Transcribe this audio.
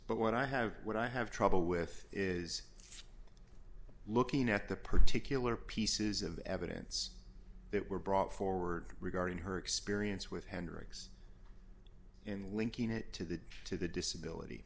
but what i have what i have trouble with is looking at the particular pieces of evidence that were brought forward regarding her experience with hendrix in linking it to the to the